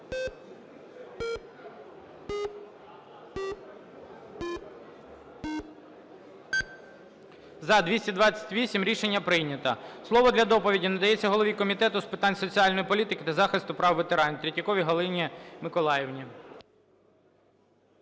228. Рішення прийнято. Слово для доповіді надається голові Комітету з питань соціальної політики та захисту прав ветеранів Третьяковій Галині Миколаївні.